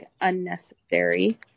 unnecessary